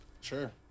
Sure